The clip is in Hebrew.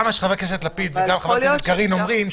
גם ממה שחבר הכנסת לפיד וגם ממה שחברת הכנסת קארין אומרים,